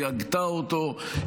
היא הגתה אותו,